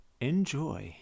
Enjoy